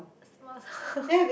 small talk